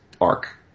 arc